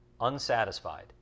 Unsatisfied